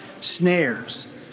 snares